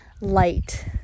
light